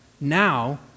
Now